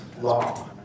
law